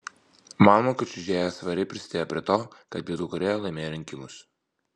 manoma kad čiuožėja svariai prisidėjo prie to kad pietų korėja laimėjo rinkimus